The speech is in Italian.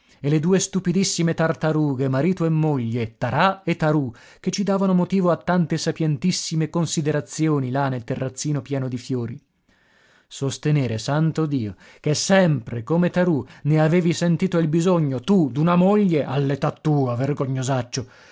e le due stupidissime tartarughe marito e moglie tarà e tarù che ci davano motivo a tante sapientissime considerazioni là nel terrazzino pieno di fiori sostenere santo dio che sempre come tarù ne avevi sentito il bisogno tu d'una moglie